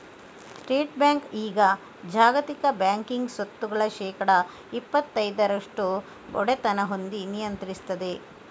state bank ಈಗ ಜಾಗತಿಕ banking ಸ್ವತ್ತುಗಳ ಶೇಕಡಾ ಇಪ್ಪತೈದರಷ್ಟು ಒಡೆತನ ಹೊಂದಿ ನಿಯಂತ್ರಿಸ್ತದೆ